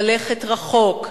ללכת רחוק,